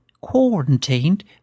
quarantined